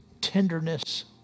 tenderness